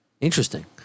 Interesting